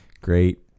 great